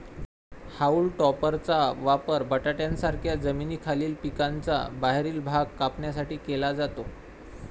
haulm टॉपरचा वापर बटाट्यांसारख्या जमिनीखालील पिकांचा बाहेरील भाग कापण्यासाठी केला जातो